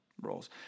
roles